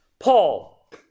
Paul